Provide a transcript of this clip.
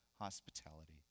hospitality